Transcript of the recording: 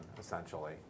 essentially